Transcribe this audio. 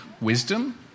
wisdom